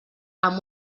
amb